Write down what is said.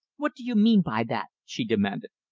what do you mean by that? she demanded.